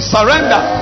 Surrender